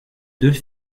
deux